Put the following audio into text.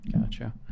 Gotcha